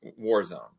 Warzone